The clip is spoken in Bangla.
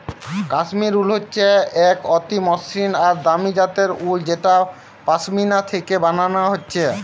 কাশ্মীর উল হচ্ছে এক অতি মসৃণ আর দামি জাতের উল যেটা পশমিনা থিকে বানানা হচ্ছে